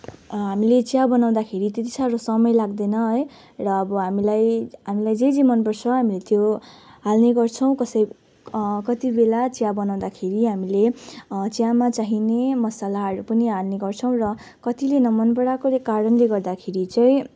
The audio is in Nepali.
हामीले चिया बनाउँदाखेरि त्यति साह्रो समय लाग्दैन है र अब हामीलाई हामीलाई जे जे मन पर्छ हामीले त्यो हाल्ने गर्छौँ कसै कति बेला चिया बनाउँदाखेरि हामीले चियामा चाहिने मसलाहरू पनि हाल्ने गर्छौँ र कतिले नमन पराएको कारणले गर्दाखेरि चाहिँ